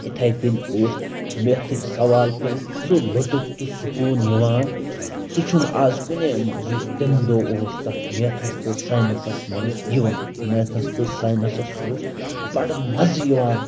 یِتھَے کٔنۍ اوس میتھٕکۍ سوال کٔرِتھ سُہ لُطُف تہٕ سکوٗن یِوان سُہ چھُنہٕ آز کُنے منٛز یُس تَمہِ دۄہ اوس تَتھ میتھَس تہٕ ساینَسَس منٛز یِوان میتھَس تہٕ ساینَسَس اوس بَڑٕ مَزٕ یِوان